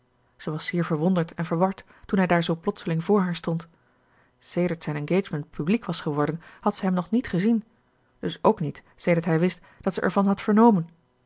was zeer verwonderd en verward toen hij daar zoo plotseling voor haar stond sedert zijn engagement publiek was geworden had zij hem nog niet gezien dus ook niet sedert hij wist dat zij ervan had vernomen